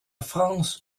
france